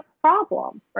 problem